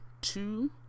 two